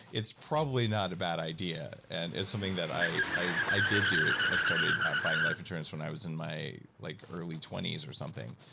it's probably not a bad idea, and it's something that i i did do. i started buying life insurance when i was in my like early twenty s or something.